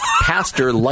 pastor